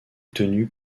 tenue